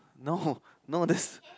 no no that's